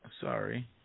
Sorry